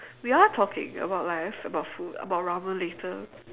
we are talking about life about food about ramen later